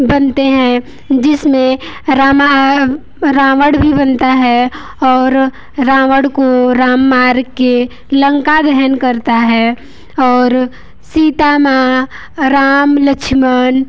बनते हैं जिसमें रावण भी बनता है और रावण को राम मार के लंका दहन करता है और सीता माँ राम लक्ष्मण